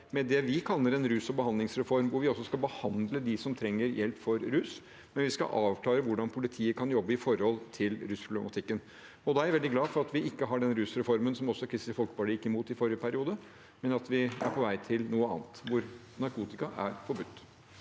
med det vi kaller en rus- og behandlingsreform, hvor vi også skal behandle dem som trenger hjelp mot rus, og hvor vi skal avklare hvordan politiet kan jobbe med rusproblematikken. Da er jeg veldig glad for at vi ikke har den rusreformen som også Kristelig Folkeparti gikk imot i forrige periode, men at vi er på vei til noe annet – hvor narkotika er forbudt.